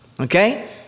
okay